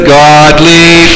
godly